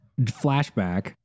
Flashback